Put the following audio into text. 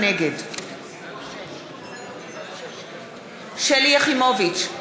נגד שלי יחימוביץ,